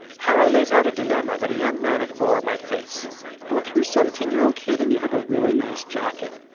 harold lays out a dilemma that a young man at orr might face well, if you're a seventeen year old kid and you have a really nice jacket,